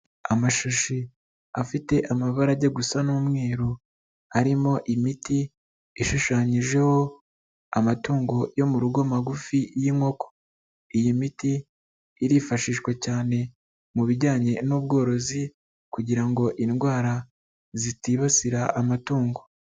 Amashashi afite amabara ajya gusa n'umweru, arimo imiti ishushanyijeho amatungo yo mu rugo magufi y'inkoko, iyi miti irifashishwa cyane mu bijyanye n'ubworozi kugira ngo indwara zitibasira amatungo.